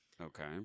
Okay